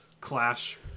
clash